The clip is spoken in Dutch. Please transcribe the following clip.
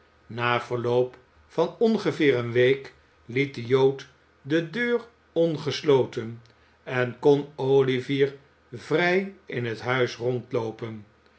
na verloop van ongeveer eene week liet de jood de deur ongesloten en kon olivier vrij in het huis rondloopen